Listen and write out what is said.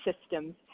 systems